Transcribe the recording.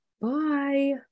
Bye